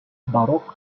baroque